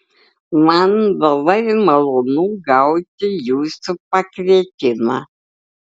man labai malonu gauti jūsų pakvietimą